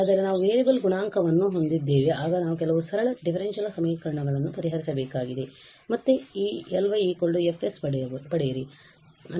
ಆದರೆ ನಾವು ವೇರಿಯಬಲ್ ಗುಣಾಂಕವನ್ನು ಹೊಂದಿದ್ದೇವೆ ಆಗ ನಾವು ಕೆಲವು ಸರಳ ಡಿಫರೆನ್ಷಿಯಲ್ ಸಮೀಕರಣಗಳನ್ನು ಪರಿಹರಿಸಬೇಕಾಗಿದೆ ಮತ್ತೆ ಈ Ly F ಪಡೆಯಿರಿ